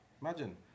Imagine